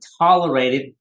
tolerated